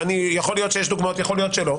יכול להיות שיש דוגמאות, יכול להיות שלא.